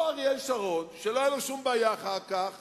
אותו אריאל שרון שלא היתה לו שום בעיה אחר כך